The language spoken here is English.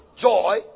joy